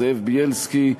זאב בילסקי.